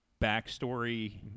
backstory